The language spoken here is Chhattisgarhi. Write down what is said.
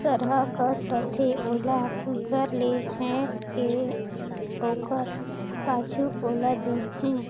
सरहा कस रहथे ओला सुघर ले छांएट के ओकर पाछू ओला बेंचथें